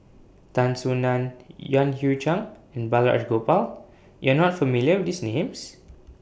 Tan Soo NAN Yan Hui Chang and Balraj Gopal YOU Are not familiar with These Names